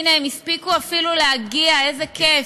הנה, הם הספיקו אפילו להגיע, איזה כיף.